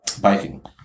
biking